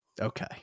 okay